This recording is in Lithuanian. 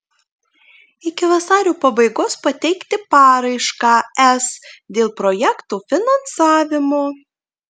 iki vasario pabaigos pateikti paraišką es dėl projekto finansavimo